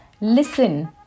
listen